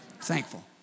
Thankful